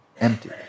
Empty